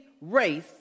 race